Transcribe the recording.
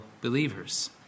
believers